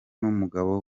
n’umugabo